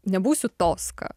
nebūsiu toska